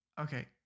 Okay